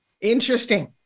Interesting